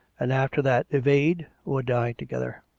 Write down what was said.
and after that evade or die together.